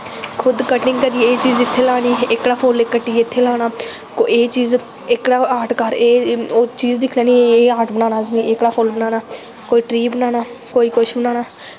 खुद कट्टियै एह् चीज़ इत्थें लानी एह् फुल्ल कट्टियै इत्थें लाना एह् चीज़ एह्कड़ा आर्ट कर ओह् आर्ट दिक्खना एह् एह् आर्ट बनाना एह्कड़ा फुल्ल बनाना ओह्कड़ा फुल्ल बनाना कोई ट्री बनाना कुश बनाना